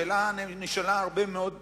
השאלה נשאלה הרבה מאוד פעמים.